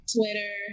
Twitter